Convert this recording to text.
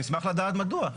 לא, לא, אני אשמח לדעת מדוע.